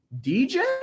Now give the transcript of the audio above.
DJ